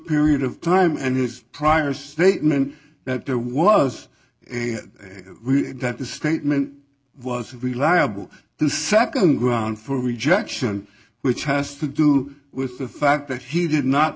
period of time and his prior statement that there was a that the statement was reliable the nd ground for rejection which has to do with the fact that he did not